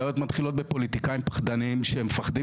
הבעיות מתחילות בפוליטיקאים פחדנים שמפחדים